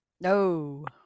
No